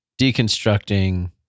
deconstructing